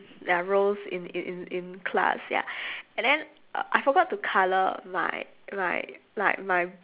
yeah rows in in in in class ya and then uh I forgot to colour my my like my